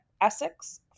Essex